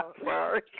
sorry